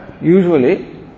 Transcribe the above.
usually